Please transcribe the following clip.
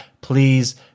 Please